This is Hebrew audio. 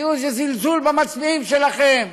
תראו איזה זלזול במצביעים שלכם,